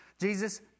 Jesus